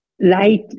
light